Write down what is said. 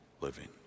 living